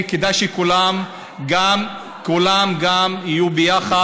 וכדאי שכולם גם יהיו ביחד.